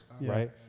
Right